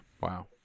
Wow